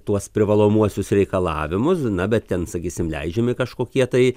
tuos privalomuosius reikalavimus na bet ten sakysim leidžiami kažkokie tai